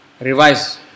revise